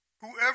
Whoever